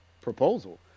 proposal